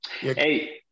Hey